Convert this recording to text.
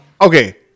okay